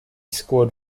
scored